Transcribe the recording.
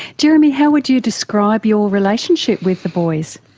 jeremy, how would you describe your relationship with the boys?